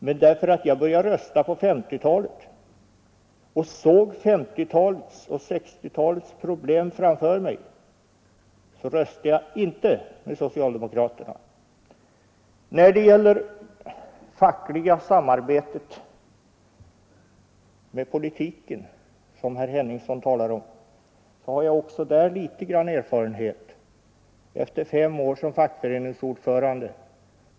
Men eftersom jag började rösta på 1950-talet och såg 1950-talets och 1960-talets problem framför mig, röstade jag inte med socialdemokraterna. När det gäller det fackliga samarbetet med den politiska rörelsen, som herr Henningsson talar om, vill jag framhålla att också jag har viss erfarenhet efter fem år som fackföreningsordförande.